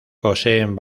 poseen